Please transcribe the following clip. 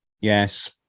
Yes